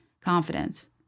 confidence